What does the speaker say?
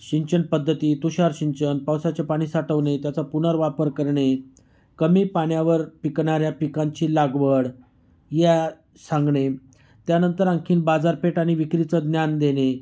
सिंचनपद्धती तुषार सिंचन पावसाचे पाणी साठवणे त्याचा पुनर्वापर करणे कमी पाण्यावर पिकणाऱ्या पिकांची लागवड या सांगणे त्यानंतर आणखी बाजारपेठ आणि विक्रीचं ज्ञान देणे